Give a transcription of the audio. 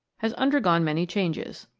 has under gone many changes.